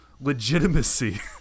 legitimacy